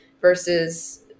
versus